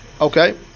Okay